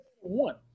One